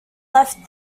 left